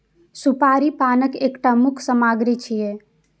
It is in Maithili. सुपारी पानक एकटा मुख्य सामग्री छियै